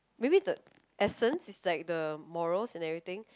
maybe the essence is like the morals and everything